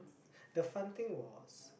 the fun thing was